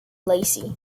lacey